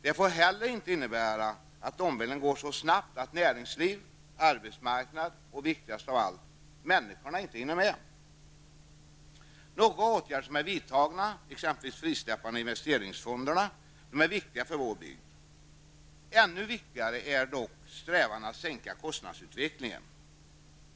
Det får inte heller innebära att omvandlingen går så snabbt att näringsliv, arbetsmarknad och -- viktigast av allt -- människorna inte hinner med. Några av de åtgärder som är vidtagna, exempelvis frisläppandet av investeringsfonderna, är viktiga för vår bygd. Ännu viktigare är dock strävan att sänka kostnaderna.